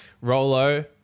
Rolo